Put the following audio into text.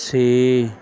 ਛੇ